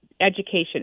education